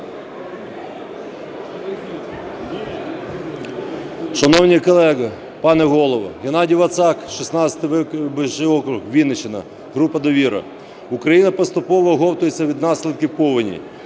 Шановні колеги, пане Голово! Геннадій Вацак, 16 виборчий округ Вінниччина, група "Довіра". Україна поступово оговтується від наслідків повені.